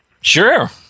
Sure